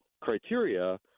criteria